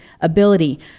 ability